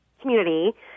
community